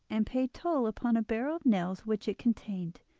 and paid toll upon a barrel of nails which it contained,